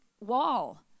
wall